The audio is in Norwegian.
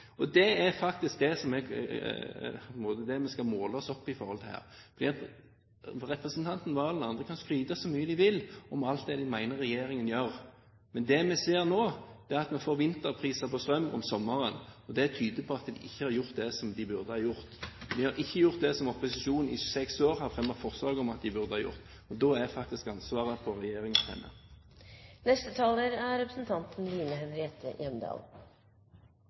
strømpris. Det er faktisk det man skal måles opp mot her. Representanten Serigstad Valen og andre kan skryte så mye de vil av alt det de mener at regjeringen gjør, men det vi ser nå, er at vi får vinterpriser på strøm om sommeren. Det tyder på at regjeringen ikke har gjort det som den burde ha gjort. Man har ikke gjort det som opposisjonen i seks år har fremmet forslag om at den burde ha gjort, og da er faktisk ansvaret på regjeringens hender. Jeg skjønner at Kristelig Folkeparti med dette forslaget treffer en øm tå hos representanten